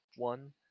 One